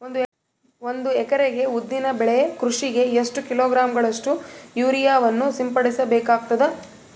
ಒಂದು ಎಕರೆ ಉದ್ದಿನ ಬೆಳೆ ಕೃಷಿಗೆ ಎಷ್ಟು ಕಿಲೋಗ್ರಾಂ ಗಳಷ್ಟು ಯೂರಿಯಾವನ್ನು ಸಿಂಪಡಸ ಬೇಕಾಗತದಾ?